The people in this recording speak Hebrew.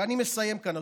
ואני מסיים כאן,